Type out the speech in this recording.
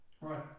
Right